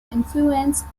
influenced